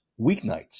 weeknights